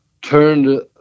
turned